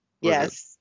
Yes